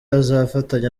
azafatanya